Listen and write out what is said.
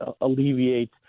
alleviate